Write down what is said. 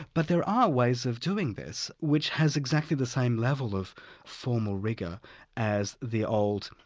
but there are ways of doing this, which has exactly the same level of formal rigour as the old,